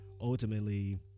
ultimately